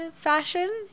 fashion